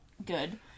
Good